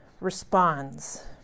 responds